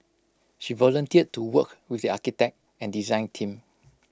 she volunteered to work with the architect and design team